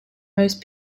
most